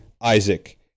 Isaac